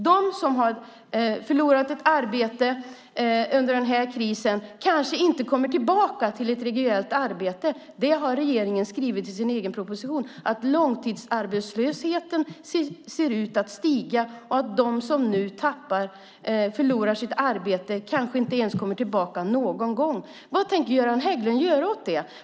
De som har förlorat ett arbete under den här krisen kanske inte kommer tillbaka till ett reguljärt arbete. Det har regeringen skrivit i sin egen proposition. Långtidsarbetslösheten ser ut att stiga, och de som nu förlorar sitt arbete kanske inte kommer tillbaka någon gång. Vad tänker Göran Hägglund göra åt det?